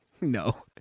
no